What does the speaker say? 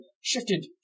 shifted